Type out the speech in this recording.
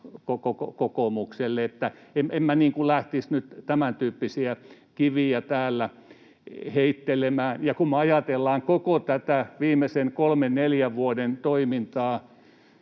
kokoomukselle. En minä lähtisi nyt tämäntyyppisiä kiviä täällä heittelemään, kun me ajatellaan koko tätä viimeisen kolmen neljän vuoden toimintaa,